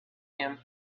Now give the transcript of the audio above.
him